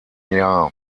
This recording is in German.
jahr